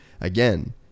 again